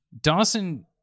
Dawson